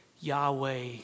Yahweh